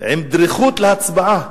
עם דריכות להצבעה.